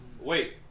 Wait